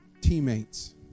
teammates